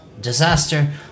disaster